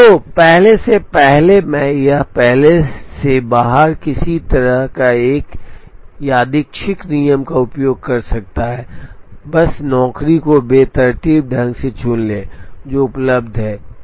तो पहले से पहले में पहले से बाहर किसी भी तरह का एक यादृच्छिक नियम का उपयोग कर सकता है बस नौकरी को बेतरतीब ढंग से चुन लें जो उपलब्ध हैं